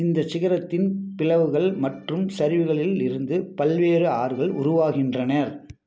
இந்தச் சிகரத்தின் பிளவுகள் மற்றும் சரிவுகளில் இருந்து பல்வேறு ஆறுகள் உருவாகின்றன